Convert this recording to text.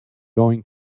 going